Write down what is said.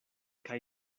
kaj